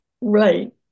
Right